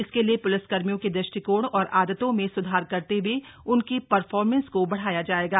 इसके लिए प्लिसकर्मियों के दृष्टिकोण और आदतों में सुधार करते हए उनकी परफॉर्मेंस को बढ़ाया जाएगा